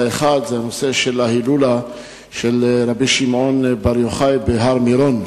האחד זה הנושא של ההילולה של רבי שמעון בר יוחאי בהר-מירון.